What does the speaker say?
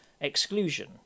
exclusion